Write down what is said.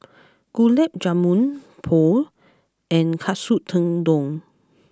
Gulab Jamun Pho and Katsu Tendon